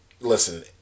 listen